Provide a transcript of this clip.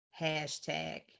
Hashtag